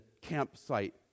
campsite